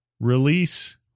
release